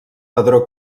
padró